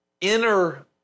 inner